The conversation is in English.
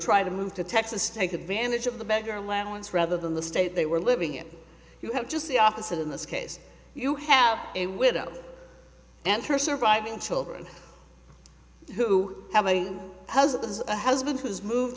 try to move to texas take advantage of the beggar lanolin rather than the state they were living in you have just the opposite in this case you have a widow and her surviving children who have a husband of a husband who's moved